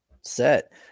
set